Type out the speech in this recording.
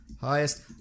Highest